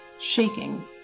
Shaking